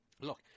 look